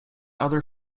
other